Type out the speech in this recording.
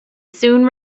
soon